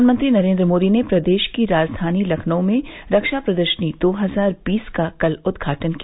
प्रधानमंत्री नरेन्द्र मोदी ने प्रदेश की राजधानी लखनऊ में रक्षा प्रदर्शनी दो हजार बीस का कल उद्घाटन किया